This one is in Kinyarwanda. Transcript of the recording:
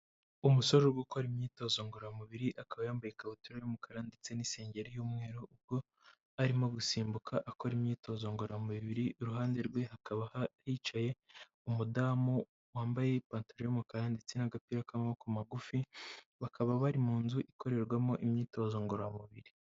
Umusore wo gukora imyitozo ngororamubiri, akaba yambaye ikabutura y'umukara ndetse n'isenge y'umweru, ubwo arimo gusimbuka akora imyitozo ngororamubiri, iruhande rwe hakaba hicaye umudamu wambaye ipantaro y'umukara ndetse n'agapira k'amaboko magufi, bakaba bari mu nzu ikorerwamo imyitozo ngororamubiri.